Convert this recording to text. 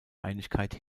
einigkeit